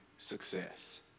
success